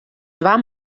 dwaan